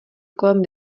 kolem